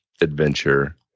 adventure